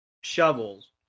shovels